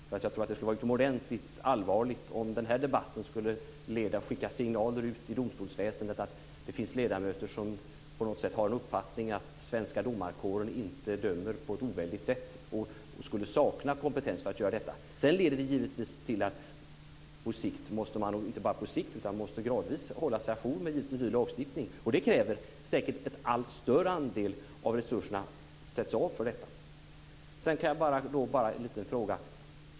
Jag tror nämligen att det hade varit utomordentligt allvarligt om den här debatten skulle skicka signaler ut till domstolsväsendet om att det finns ledamöter som har uppfattningen att svenska domarkåren inte dömer på ett oväldigt sätt och att den skulle sakna kompetens för att göra det. Sedan måste man givetvis gradvis hålla sig à jour med ny lagstiftning, och det kräver säkert att en allt större andel av resurserna sätts av för detta. Sedan har jag bara en liten fråga.